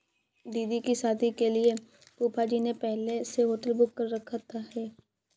दीदी की शादी के लिए फूफाजी ने पहले से होटल बुक कर रखा है